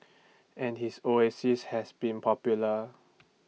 and his oasis has been popular